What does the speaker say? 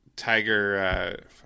Tiger